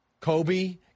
Kobe